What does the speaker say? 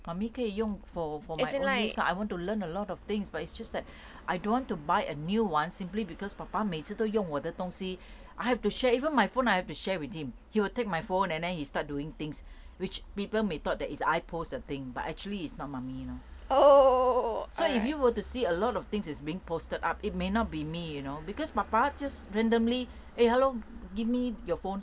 mummy 可以用 for my own use lah I want to learn a lot of things but it's just that I don't want to buy a new [one] simply because 爸爸每次都用我的东西 I have to share even my phone I have to share with him he will take my phone and then he start doing things which people may thought that is I post the thing but actually is not mummy you know so if you were to see a lot of things is being posted up it may not be me you know because 爸爸 just randomly eh hello give me your phone